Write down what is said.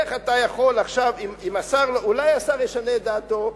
איך אתה יכול עכשיו, אולי השר ישנה את דעתו?